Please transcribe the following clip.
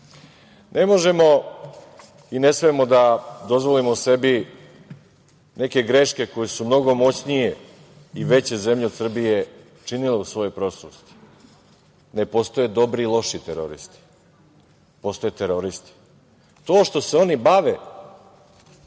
možemo i ne smemo da dozvolimo sebi neke greške koje su mnogo moćnije i veće zemlje od Srbije činile u svojoj prošlosti. Ne postoje dobri i loši teroristi. Postoje teroristi. To što se oni bave